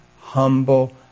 humble